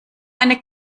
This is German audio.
eine